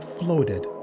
floated